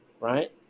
right